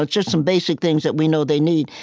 like just some basic things that we know they need.